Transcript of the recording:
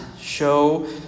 show